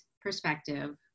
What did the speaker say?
perspective